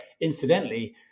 incidentally